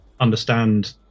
understand